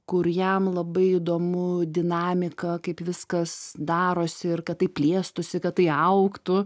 kur jam labai įdomu dinamika kaip viskas darosi ir kad tai plėstųsi kad tai augtų